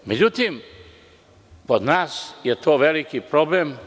Međutim, kod nas je to veliki problem.